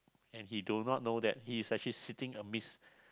and he do not know that he is actually sitting a miss